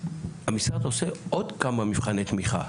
המשרד עושה עוד כמה מבחני תמיכה,